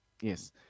yes